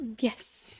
yes